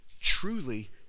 truly